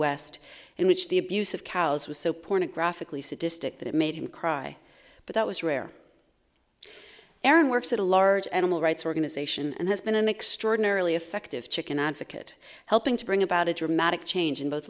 west in which the abuse of cows was so pornographic lee sadistic that it made him cry but that was rare aaron works at a large animal rights organization and has been an extraordinarily effective chicken advocate helping to bring about a dramatic change in both